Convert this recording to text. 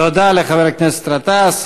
תודה לחבר הכנסת גטאס.